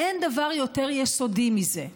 אין דבר יותר יסודי מזה.